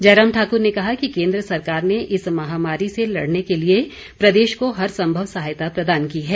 जयराम ठाकुर ने कहा कि केन्द्र सरकार ने इस महामारी से लड़ने के लिए प्रदेश को हर सम्भव सहायता प्रदान की है